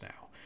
now